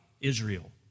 Israel